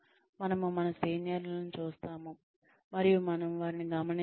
మనము మన సీనియర్లను చూస్తాము మరియు వారిని గమనిస్తాము